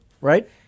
Right